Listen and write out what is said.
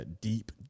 deep